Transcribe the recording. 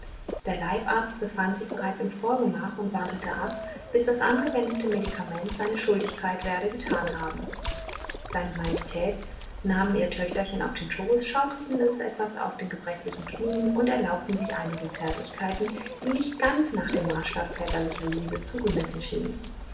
der leibarzt befand sich bereits im vorgemach und wartete ab bis das angewendete medikament seine schuldigkeit werde getan haben seine majestät nahmen ihr töchterchen auf den schoß schaukelten es auf den etwas gebrechlichen knien und erlaubten sich einige zärtlichkeiten die nicht ganz nach dem maßstabe väterlicher liebe zugemessen schienen